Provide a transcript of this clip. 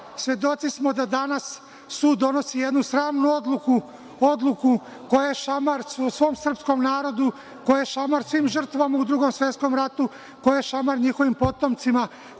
svedoci smo da danas sud donosi jednu sramnu odluku koja je šamar svom srpskom narodu, koja je šamar svim žrtvama u Drugom svetskom ratu, koja je šamar njihovim potomcima.